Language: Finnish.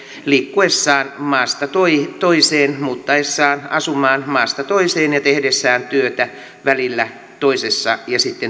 liikkuessaan maasta toiseen muuttaessaan asumaan maasta toiseen ja tehdessään työtä välillä toisessa ja sitten